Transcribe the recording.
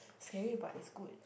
scary but it's good